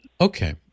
Okay